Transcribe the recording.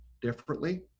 differently